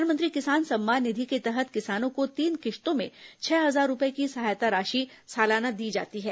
प्रधानमंत्री किसान सम्मान निधि के तहत किसानों को तीन किश्तों में छह हजार रूपए की सहायता राशि सालाना दी जाती है